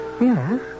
Yes